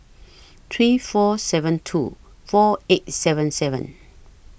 three four seven two four eight seven seven